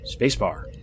spacebar